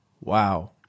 wow